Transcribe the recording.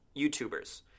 YouTubers